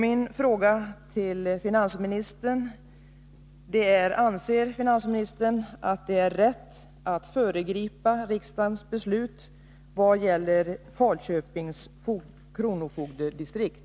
Min fråga till finansministern är: Anser finansministern att det är rätt att föregripa riksdagens beslut i vad gäller Falköpings kronofogdedistrikt?